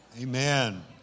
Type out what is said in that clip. Amen